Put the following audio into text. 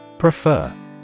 Prefer